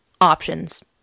options